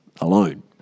alone